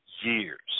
years